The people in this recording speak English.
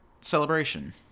Celebration